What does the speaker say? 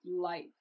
light